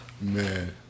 Man